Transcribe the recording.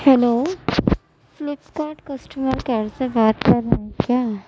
hello Flipkart customer care سے بات کر رہیں کیا